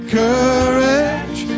courage